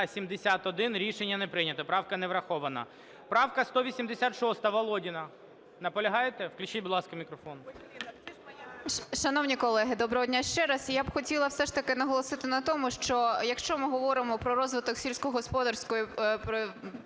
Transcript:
За-71 Рішення не прийнято, правка не врахована. Правка 186, Володіна. Наполягаєте? Включіть, будь ласка, мікрофон.